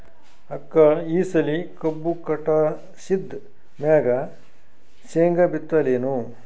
ಅಕ್ಕ ಈ ಸಲಿ ಕಬ್ಬು ಕಟಾಸಿದ್ ಮ್ಯಾಗ, ಶೇಂಗಾ ಬಿತ್ತಲೇನು?